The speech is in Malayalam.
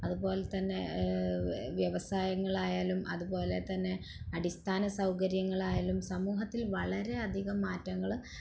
അതുപോലെത്തന്നെ വ്യവസായങ്ങളായാലും അതുപോലെത്തന്നെ അടിസ്ഥാന സൗകര്യങ്ങളായാലും സമൂഹത്തില് വളരെ അധികം മാറ്റങ്ങൾ